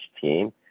team